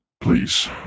Please